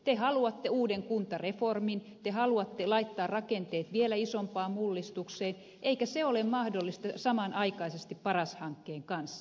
te haluatte uuden kuntareformin te haluatte laittaa rakenteet vielä isompaan mullistukseen eikä se ole mahdollista samanaikaisesti paras hankkeen kanssa